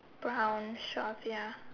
brown shorts ya